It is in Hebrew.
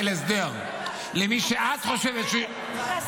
הסדר למי שאת חושבת --- אז תעשה הסדר.